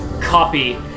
copy